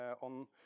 on